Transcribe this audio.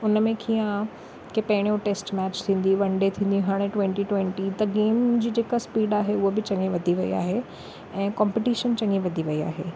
हुन में कीअं आहे की पहिरियों टैस्ट मैच थींदी वन डे थींदी हाणे ट्वैंटी ट्वैंटी त गेम जी जेका स्पीड आहे उहा बि चङी वधी वई आहे ऐं कॉम्पटीशन चङी वधी वई आहे